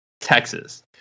Texas